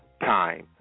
time